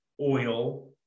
oil